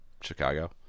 Chicago